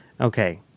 Okay